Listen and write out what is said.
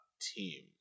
team